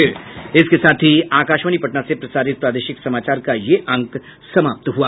इसके साथ ही आकाशवाणी पटना से प्रसारित प्रादेशिक समाचार का ये अंक समाप्त हुआ